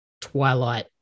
Twilight